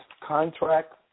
contract